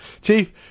Chief